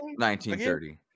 1930